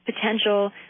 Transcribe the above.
potential